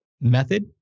method